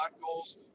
goals